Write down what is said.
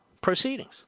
proceedings